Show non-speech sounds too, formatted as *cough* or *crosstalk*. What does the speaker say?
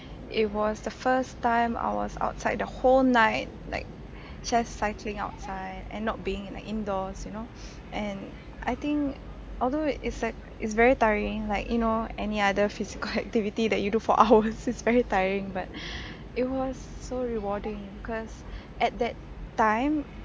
it was the first time I was outside the whole night like *breath* just cycling outside and not being like indoors you know *noise* and I think although its that it's very tiring like you know any other physical activities that you do for hours *laughs* is very tiring but *breath* it was so rewarding cause *breath* at that time